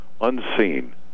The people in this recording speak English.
unseen